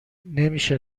نمیشه